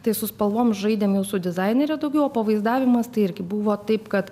tai su spalvom žaidėm jau su dizainere daugiau o pavaizdavimas tai irgi buvo taip kad